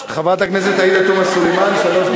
הכנסת עאידה תומא סלימאן, שלוש דקות.